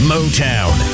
Motown